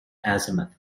azimuth